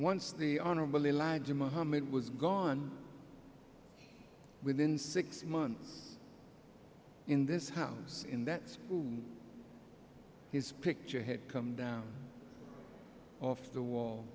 once the honorable elijah mohammed was gone within six months in this house in that school his picture had come down off the wall